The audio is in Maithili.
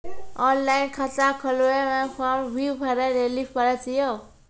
ऑनलाइन खाता खोलवे मे फोर्म भी भरे लेली पड़त यो?